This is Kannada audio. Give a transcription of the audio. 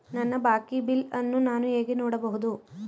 ನನ್ನ ಬಾಕಿ ಬಿಲ್ ಅನ್ನು ನಾನು ಹೇಗೆ ನೋಡಬಹುದು?